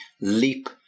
leap